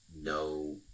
no